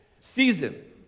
season